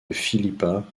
philippa